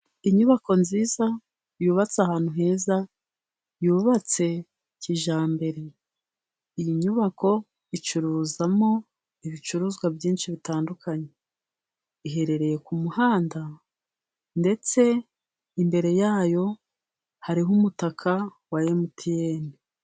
Inyubako nziza yubatse ahantu heza yubatse kijyambere, iyi nyubako icuruzamo ibicuruzwa byinshi bitandukanye iherereye ku muhanda ndetse imbere ya yo hariho umutaka wa emutiyene.